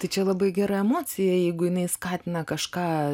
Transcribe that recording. tai čia labai gera emocija jeigu jinai skatina kažką